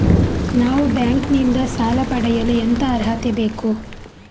ನಾವು ಬ್ಯಾಂಕ್ ನಿಂದ ಸಾಲ ಪಡೆಯಲು ಎಂತ ಅರ್ಹತೆ ಬೇಕು?